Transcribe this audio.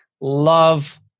love